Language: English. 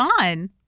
on